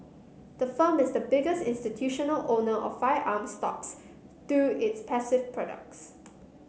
the firm is the biggest institutional owner of firearms stocks through its passive products